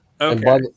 Okay